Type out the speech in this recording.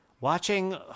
watching